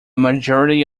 majority